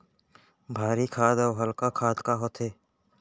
भारी खाद अऊ हल्का खाद का होथे?